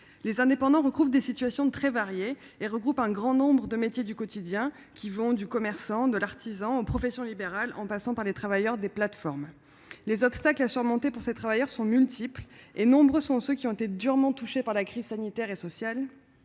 Les indépendants recouvrent des situations très variées et regroupent un grand nombre de métiers du quotidien, qui vont du commerçant et de l'artisan aux professions libérales, en passant par les travailleurs des plateformes. Les obstacles qu'ils doivent surmonter sont multiples. Nombre d'entre eux ont été durement touchés par la crise sanitaire et sociale,